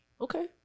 okay